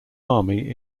army